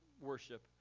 worship